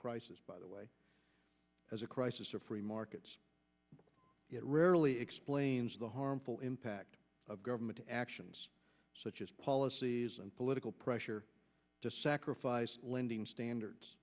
crisis by the way as a crisis of free markets it rarely explains the harmful impact of government actions such as policies and political pressure to sacrifice lending standards